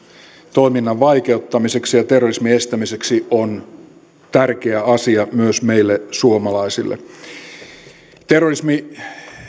toiminnan vaikeuttamiseksi ja terrorismin estämiseksi on tärkeä asia myös meille suomalaisille paitsi että terrorismi